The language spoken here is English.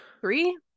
Three